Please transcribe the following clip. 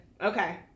Okay